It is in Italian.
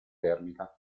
termica